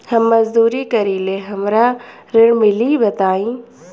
हम मजदूरी करीले हमरा ऋण मिली बताई?